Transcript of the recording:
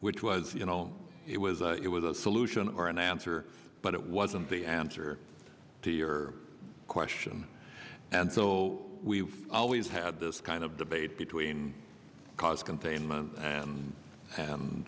which was you know it was it was a solution or an answer but it wasn't the answer to your question and so we've always had this kind of debate between cost containment and